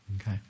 Okay